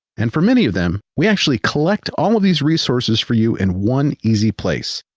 and for many of them, we actually collect all of these resources for you in one easy place,